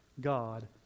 God